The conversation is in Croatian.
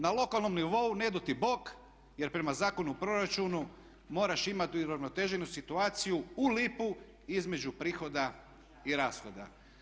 Na lokalnom nivou ne dao ti Bog, jer prema Zakonu o proračunu moraš imati uravnoteženu situaciju u lipu između prihoda i rashoda.